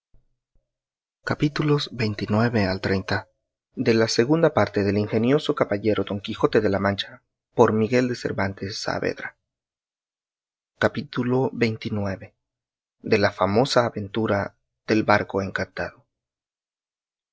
de la segunda parte del ingenioso caballero don quijote de la mancha por miguel de cervantes saavedra y no hallo en